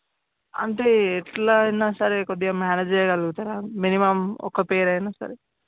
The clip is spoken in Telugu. అంటే ఎట్లైనా సరే కొద్దిగా మేనేజ్ చేయగలుగుతారా మినిమం ఒక పెయిర్ అయినా సరే